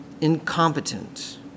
Incompetent